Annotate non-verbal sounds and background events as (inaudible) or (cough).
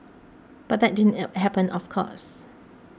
but that didn't (unintelligible) happen of course